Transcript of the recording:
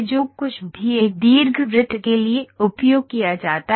जो कुछ भी एक दीर्घवृत्त के लिए उपयोग किया जाता है